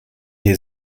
hier